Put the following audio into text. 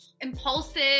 impulsive